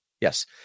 Yes